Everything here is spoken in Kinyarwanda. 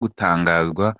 gutangazwa